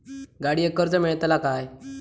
गाडयेक कर्ज मेलतला काय?